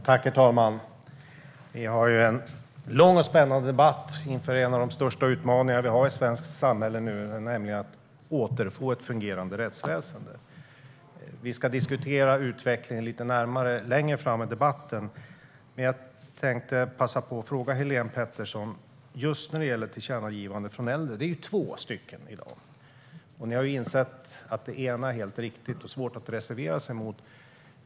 Herr talman! Vi ska ha en lång och spännande debatt om en av de största utmaningar vi nu har i svenskt samhälle. Det handlar om att återfå ett fungerande rättsväsen. Vi ska diskutera utvecklingen lite närmare längre fram i debatten. Men jag tänkte passa på att fråga Helene Petersson om tillkännagivandena när det gäller de äldre. Det är två stycken i dag. Ni har insett att det ena är helt riktigt och svårt att reservera sig mot.